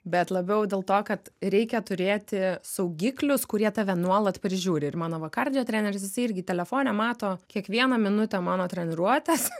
bet labiau dėl to kad reikia turėti saugiklius kurie tave nuolat prižiūri ir mano va kardio treneris jisai irgi telefone mato kiekvieną minutę mano treniruotės